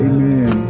Amen